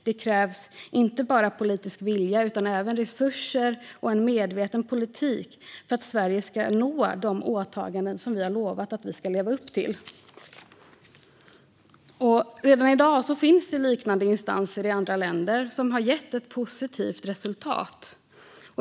Det krävs inte bara politisk vilja utan även resurser och medveten politik för att Sverige ska nå de åtaganden som vi har lovat att vi ska leva upp till. Redan i dag finns liknande instanser i andra länder som har gett ett positivt resultat.